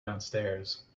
downstairs